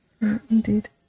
indeed